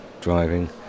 driving